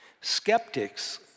skeptics